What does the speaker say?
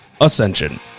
Ascension